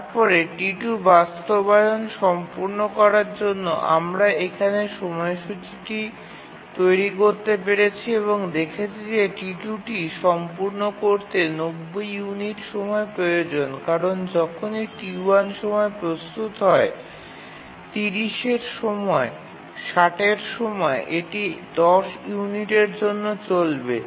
তারপরে T2 বাস্তবায়ন সম্পূর্ণ করার জন্য আমরা এখানে সময়সূচীটি তৈরি করতে পেরেছি এবং দেখেছি যে T2 টি সম্পূর্ণ করতে ৯০ ইউনিট সময় প্রয়োজন কারণ যখনই T1 সময় প্রস্তুত হয় ৩০ এর সময় ৬০ এর সময় এটি ১০ ইউনিটের জন্য চলবে